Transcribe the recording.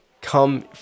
come